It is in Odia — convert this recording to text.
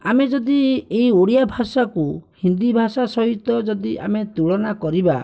ଆମେ ଯଦି ଏଇ ଓଡ଼ିଆ ଭାଷାକୁ ହିନ୍ଦୀଭାଷା ସହିତ ଯଦି ଆମେ ତୁଳନା କରିବା